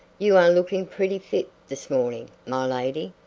you are looking pretty fit this morning, my lady,